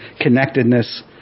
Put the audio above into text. connectedness